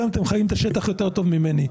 אתם חיים את השטח יותר טוב ממני.